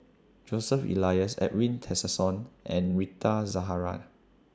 Joseph Elias Edwin Tessensohn and Rita Zahara